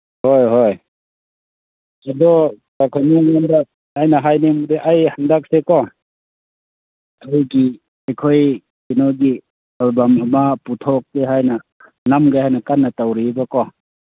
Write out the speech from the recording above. ꯍꯣꯏ ꯍꯣꯏ ꯑꯗꯣ ꯇꯥ ꯈꯣꯏꯃꯨ ꯅꯉꯣꯟꯗ ꯑꯩꯅ ꯍꯥꯏꯅꯤꯡꯕꯗꯤ ꯑꯩ ꯍꯟꯗꯛꯁꯦꯀꯣ ꯑꯩꯈꯣꯏꯒꯤ ꯑꯩꯈꯣꯏ ꯀꯩꯅꯣꯒꯤ ꯑꯜꯕꯝ ꯑꯃ ꯄꯨꯊꯣꯛꯀꯦ ꯍꯥꯏꯅ ꯅꯝꯒꯦ ꯍꯥꯏꯅ ꯀꯟꯅ ꯇꯧꯔꯤꯌꯦꯕꯀꯣ